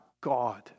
God